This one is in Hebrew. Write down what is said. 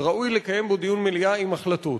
וראוי לקיים בו דיון מליאה עם החלטות.